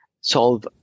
solve